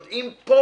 יודעים פה.